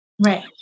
Right